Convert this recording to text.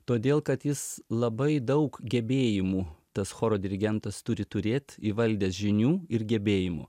todėl kad jis labai daug gebėjimų tas choro dirigentas turi turėt įvaldęs žinių ir gebėjimų